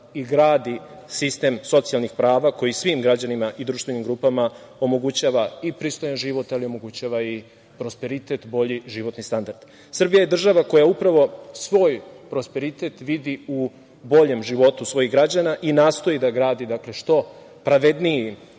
i gradi sistem socijalnih prava koji svim građanima i društvenim grupama omogućava i pristojan život, ali i prosperitet i bolji životni standard. Srbija je država koja upravo svoj prosperitet vidi u boljem životu svojih građana i nastoji da gradi što pravedniji